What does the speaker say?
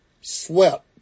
swept